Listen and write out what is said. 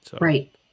Right